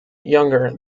younger